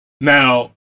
Now